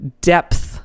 depth